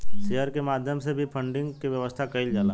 share के माध्यम से भी फंडिंग के व्यवस्था कईल जाला